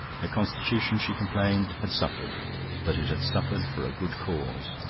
her constitution, she complained, had suffered but it had suffered for a good cause.